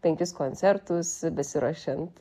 penkis koncertus besiruošiant